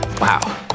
Wow